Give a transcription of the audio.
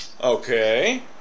Okay